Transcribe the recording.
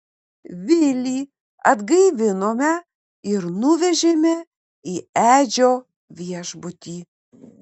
vilį atgaivinome ir nuvežėme į edžio viešbutį